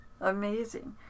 Amazing